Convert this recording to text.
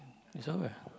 is over